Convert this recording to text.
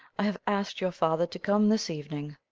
i have asked your father to come this evening.